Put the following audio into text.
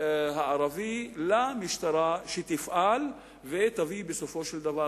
הערבי למשטרה שתפעל בהם ותביא בסופו של דבר